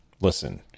listen